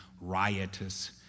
riotous